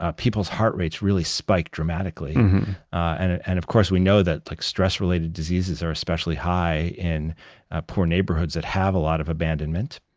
ah people's heart rates really spike dramatically. and ah and of course, we know that like stress-related diseases are especially high in poor neighborhoods that have a lot of abandonment.